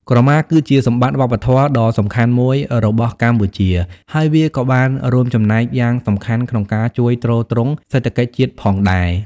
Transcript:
ក្រមាគឺជាសម្បត្តិវប្បធម៌ដ៏សំខាន់មួយរបស់កម្ពុជា ហើយវាក៏បានរួមចំណែកយ៉ាងសំខាន់ក្នុងការជួយទ្រទ្រង់សេដ្ឋកិច្ចជាតិផងដែរ។